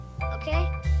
Okay